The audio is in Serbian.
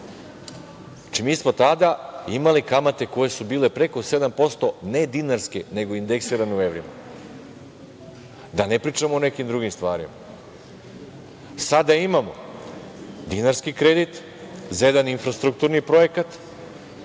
mi smo tada imali kamate koje su bile preko 7% ne dinarske nego indeksirane u evrima. Da ne pričamo o nekim drugim stvarima. Sada imamo dinarski kredit za jedan infrastrukturni projekat,